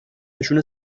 نشون